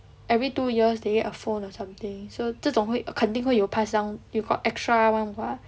every two years they get a phone or something so 这种会肯定会有 pass down you got extra [one] [what]